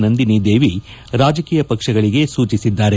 ನಂದಿನಿ ದೇವಿ ರಾಜಕೀಯ ಪಕ್ಪಗಳಿಗೆ ಸೂಚಿಸಿದ್ದಾರೆ